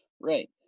Right